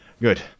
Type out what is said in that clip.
good